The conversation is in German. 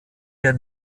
der